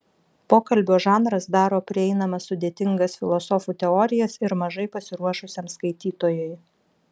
pokalbio žanras daro prieinamas sudėtingas filosofų teorijas ir mažai pasiruošusiam skaitytojui